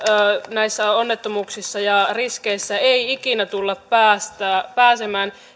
näissä onnettomuuksissa ja riskeissä ei ikinä tulla pääsemään